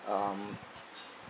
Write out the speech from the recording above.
um